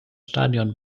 stadion